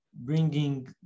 bringing